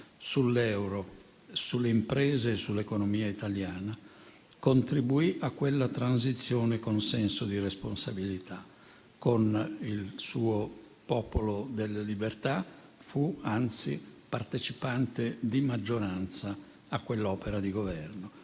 sull'euro, sulle imprese e sull'economia italiana, contribuì a quella transizione con senso di responsabilità. Con il suo Popolo della Libertà fu anzi partecipante di maggioranza a quell'opera di Governo.